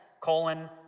colon